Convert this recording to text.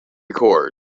record